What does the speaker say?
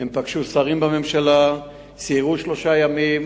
הם פגשו שרים בממשלה, סיירו שלושה ימים,